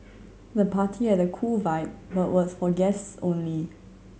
the party had a cool vibe but was for guests only